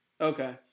Okay